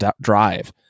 drive